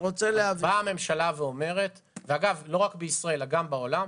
הממשלה שלנו אומרת ( זה גם בשאר העולם)